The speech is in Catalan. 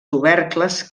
tubercles